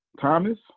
Thomas